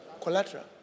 Collateral